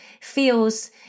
feels